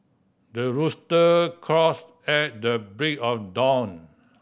the rooster crows at the break of dawn